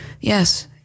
Yes